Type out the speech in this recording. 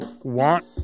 want